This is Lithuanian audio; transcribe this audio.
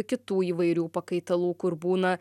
kitų įvairių pakaitalų kur būna